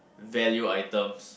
value items